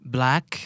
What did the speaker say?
Black